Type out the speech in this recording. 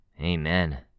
Amen